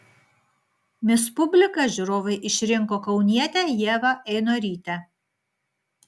mis publika žiūrovai išrinko kaunietę ievą einorytę